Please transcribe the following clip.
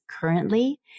currently